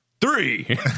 Three